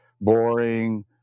boring